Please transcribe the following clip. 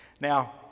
Now